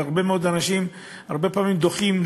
והרבה מאוד אנשים הרבה פעמים דוחים,